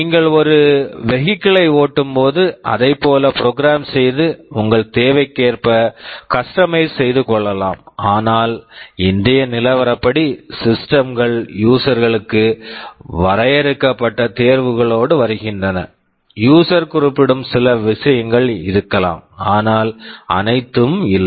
நீங்கள் ஒரு vehicle vehicle ஐ ஓட்டும்போது அதைப் போல ப்ரோக்ராம் program செய்து உங்கள் தேவைக்கேற்ப கஸ்டமைஸ் customize செய்துகொள்ளலாம் ஆனால் இன்றைய நிலவரப்படி சிஸ்டம்ஸ் systems கள் யூஸர் user களுக்கு வரையறுக்கப்பட்ட தேர்வுகளோடு வருகின்றன யூஸர் user குறிப்பிடும் சில விஷயங்கள் இருக்கலாம் ஆனால் அனைத்தும் இல்லை